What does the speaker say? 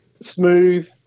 smooth